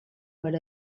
per